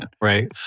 Right